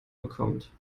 bekommt